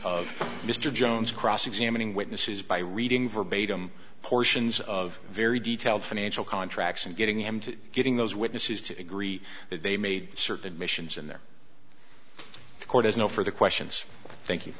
of mr jones cross examining witnesses by reading verbatim portions of very detailed financial contracts and getting them to getting those witnesses to agree that they made certain missions in their court has no further questions thank